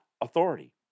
authority